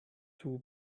too